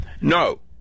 no